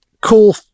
cool